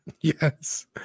Yes